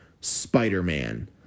Spider-Man